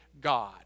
God